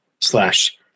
slash